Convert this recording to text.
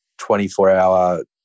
24-hour